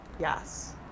Yes